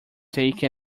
take